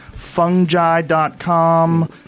Fungi.com